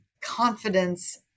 confidence